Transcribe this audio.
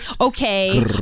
Okay